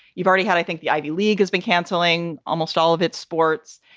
you've already had i think the ivy league has been canceling almost all of its sports.